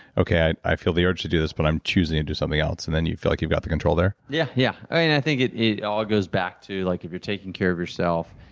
okay, i feel the urge to do this but i'm choosing to and do something else, and then you feel like you've got the control there. yeah. yeah i think it it all goes back to like if you're taking care of yourself,